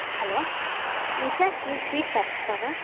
hello Nisha swee sweet கடை தானே